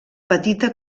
petita